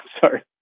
sorry